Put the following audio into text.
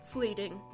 Fleeting